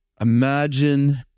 Imagine